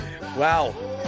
Wow